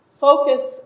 focus